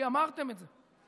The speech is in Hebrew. כי אמרתם את זה.